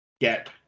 get